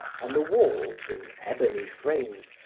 on the walls, in ebony frames,